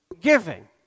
giving